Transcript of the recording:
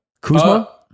Kuzma